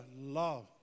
love